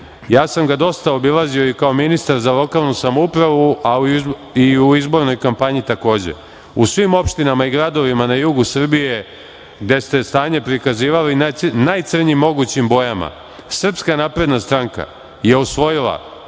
ja sam ga dosta obilazio i kao ministar za lokalnu samoupravu, a i u izbornoj kampanji takođe. U svim opštinama i gradovima na jugu Srbije gde ste stanje prikazivali najcrnjim mogućim bojama, SNS je osvojila